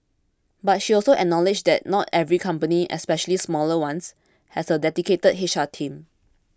but she also acknowledged that not every company especially smaller ones has a dedicated H R team